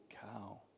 cow